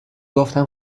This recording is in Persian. گفتم